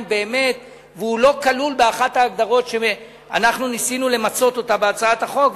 באמת והוא לא נכלל באחת ההגדרות שניסינו למצות בהצעת החוק.